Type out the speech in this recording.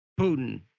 Putin